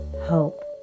hope